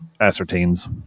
ascertains